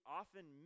often